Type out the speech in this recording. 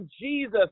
Jesus